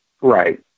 Right